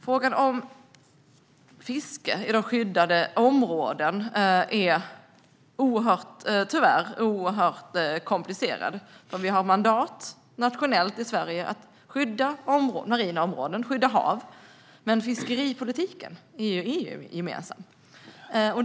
Frågan om fiske i skyddade områden är tyvärr oerhört komplicerad, för vi har ett nationellt mandat i Sverige att skydda marina områden, hav, men fiskeripolitiken är ju EU-gemensam.